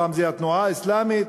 פעם זה התנועה האסלאמית.